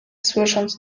słysząc